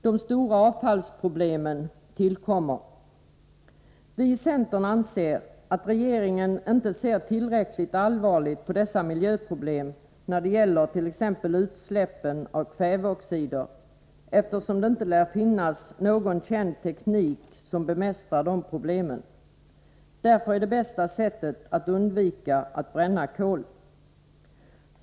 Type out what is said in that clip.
De stora avfallsproblemen tillkommer. Vi i centern anser att regeringen inte ser tillräckligt allvarligt på dessa miljöproblem när det gäller t.ex. utsläppen av kväveoxider. Det lär ju inte finnas någon känd teknik som bemästrar de problemen. Därför är det bäst att undvika att bränna kol.